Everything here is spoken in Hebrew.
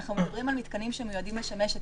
כשאנחנו מדברים על מתקנים שמיועדים לשמש את